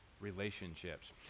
relationships